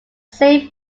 same